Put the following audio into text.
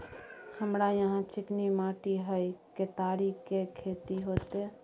हमरा यहाँ चिकनी माटी हय केतारी के खेती होते?